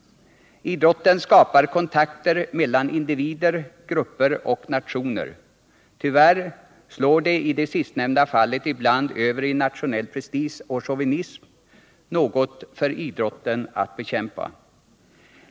Idrotten skapar kontakter mellan individer, grupper och nationer. Tyvärr slår det i det sistnämnda fallet ibland över i nationell prestige och chauvinism — något som idrotten bör bekämpa.